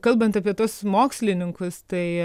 kalbant apie tuos mokslininkus tai